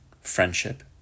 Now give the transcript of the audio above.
friendship